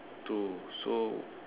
two so